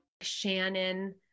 Shannon